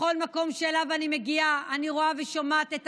בכל מקום שאליו אני מגיעה אני רואה ושומעת את